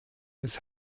des